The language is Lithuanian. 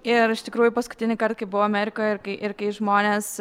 ir iš tikrųjų paskutinįkart kai buvau amerikoje ir kai ir kai žmonės